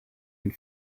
and